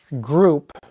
group